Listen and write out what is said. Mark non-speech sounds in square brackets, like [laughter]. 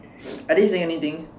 [noise] are they saying anything